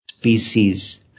species